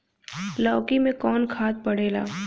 लौकी में कौन खाद पड़ेला?